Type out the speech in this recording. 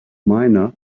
miner